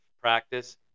practice